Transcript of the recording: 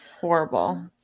Horrible